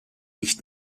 nicht